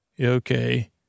Okay